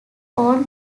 own